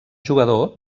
jugador